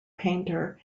painter